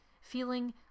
Feeling